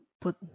put